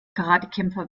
karatekämpfer